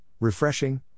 refreshing